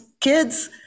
kids